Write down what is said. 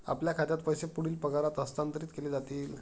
आपल्या खात्यात पैसे पुढील पगारात हस्तांतरित केले जातील